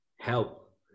help